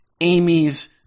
Amy's